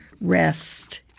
Rest